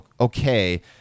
okay